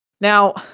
Now